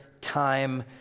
time